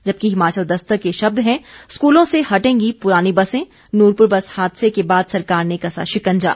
जबकि हिमाचल दस्तक के शब्द हैं स्कूलों से हटेंगी पुरानी बसें नूरपुर बस हादसे के बाद सरकार ने कसा शिकंजा